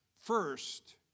first